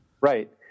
Right